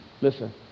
Listen